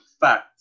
fact